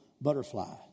butterfly